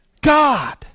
God